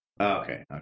Okay